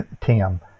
tim